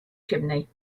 chimney